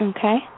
Okay